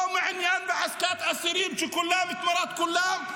לא מעוניין בעסקת אסירים של כולם תמורת כולם,